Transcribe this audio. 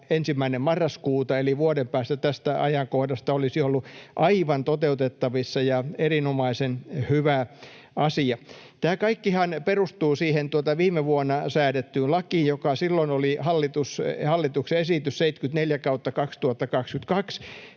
ensi vuonna 1. marraskuuta eli vuoden päästä tästä ajankohdasta olisi ollut aivan toteutettavissa ja erinomaisen hyvä asia. Tämä kaikkihan perustuu siihen viime vuonna säädettyyn lakiin, joka silloin oli hallituksen esitys 74/2022.